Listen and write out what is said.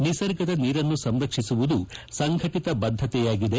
ನಿಸರ್ಗದ ನೀರನ್ನು ಸಂರಕ್ಷಿಸುವುದು ಸಂಘಟತ ಬದ್ದತೆಯಾಗಿದೆ